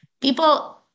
people